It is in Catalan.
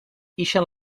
ixen